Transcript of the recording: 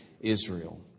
Israel